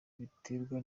biterwa